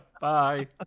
bye